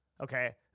okay